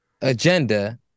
agenda